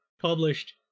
published